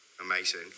Amazing